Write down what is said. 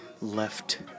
left